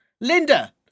Linda